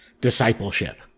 discipleship